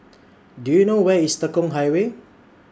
Do YOU know Where IS Tekong Highway